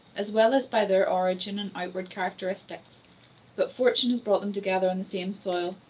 as well as by their origin and outward characteristics but fortune has brought them together on the same soil,